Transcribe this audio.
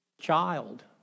child